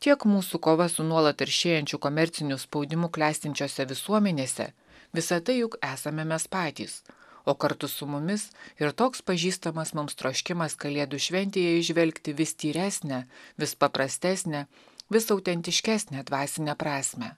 tiek mūsų kova su nuolat tirštėjančiu komerciniu spaudimu klestinčiose visuomenėse visa tai juk esame mes patys o kartu su mumis ir toks pažįstamas mums troškimas kalėdų šventėje įžvelgti vis tyresnę vis paprastesnę vis autentiškesnę dvasinę prasmę